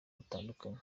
butandukanye